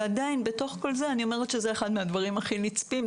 אבל עדיין בתוך כל זה אני אומרת שזה אחד הדברים הכי נצפים,